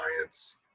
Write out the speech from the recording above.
science